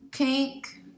Pink